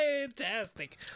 fantastic